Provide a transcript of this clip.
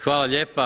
Hvala lijepo.